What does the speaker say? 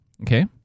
Okay